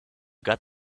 got